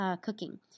cooking